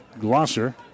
Glosser